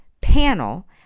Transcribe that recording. panel